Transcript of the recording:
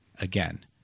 again